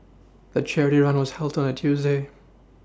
the charity run was held on a Tuesday